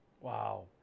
Wow